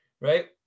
Right